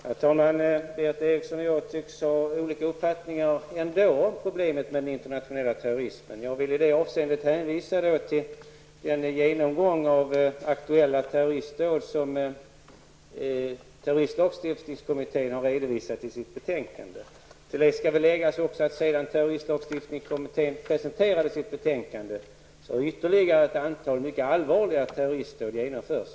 Herr talman! Berith Eriksson och jag tycks ändå ha olika uppfattningar om problemet med den internationella terrorismen. Jag vill i det avseendet hänvisa till den genomgång av aktuella terroristdåd som terroristlagstiftningskommittén har redovisat i sitt betänkande. Till det skall också läggas att ytterligare ett antal mycket allvarliga terroristdåd har genomförts sedan terroristlagstiftningskommittén presenterade sitt betänkande.